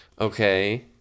Okay